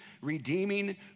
redeeming